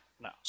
No